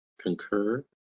concur